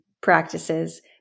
practices